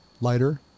lighter